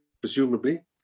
presumably